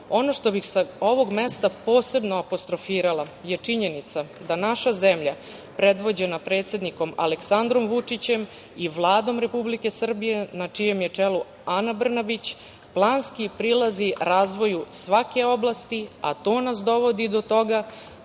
Ono što bih sa ovog mesta posebno apostrofirala je činjenica da naša zemlja predvođena predsednikom Aleksandrom Vučićem i Vladom Republike Srbije, na čijem je čelu Ana Brnabić, planski prilazi razvoju svake oblasti, a to nas dovodi do toga